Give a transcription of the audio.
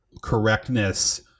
correctness